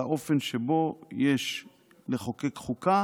על האופן שבו יש לחוקק חוקה,